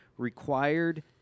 required